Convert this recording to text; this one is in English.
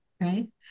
right